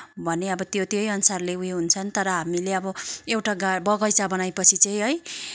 भने अब त्यो त्यही अनुसारले उयो हुन्छन् तर हामीले अब एउटा गा बगैँचा बनाए पछि चाहिँ है